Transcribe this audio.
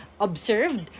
observed